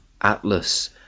atlas